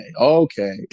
okay